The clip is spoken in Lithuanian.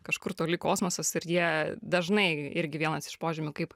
kažkur toli kosmosas ir jie dažnai irgi vienas iš požymių kaip